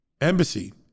embassy